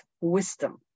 wisdom